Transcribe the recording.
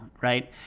right